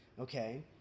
Okay